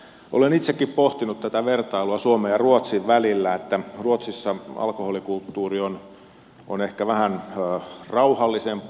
olen itsekin pohtinut tätä vertailua suomen ja ruotsin välillä että ruotsissa alkoholikulttuuri on ehkä vähän rauhallisempaa